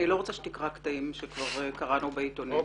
איני רוצה שתקרא קטעים שכבר קראנו בעיתונות.